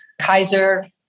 Kaiser